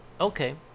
okay